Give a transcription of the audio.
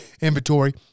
inventory